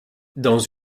dans